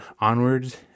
onwards